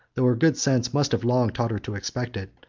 though her good sense must have long taught her to expect it,